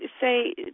say